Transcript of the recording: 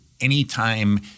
anytime